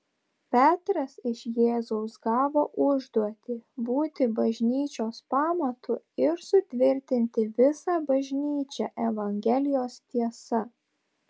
petras iš jėzaus gavo užduotį būti bažnyčios pamatu ir sutvirtinti visą bažnyčią evangelijos tiesa